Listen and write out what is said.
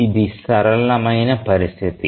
ఇది సరళమైన పరిస్థితి